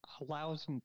allows